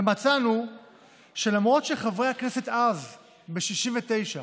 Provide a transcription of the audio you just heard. ומצאנו שלמרות שחברי הכנסת אז, ב-1969,